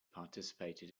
participated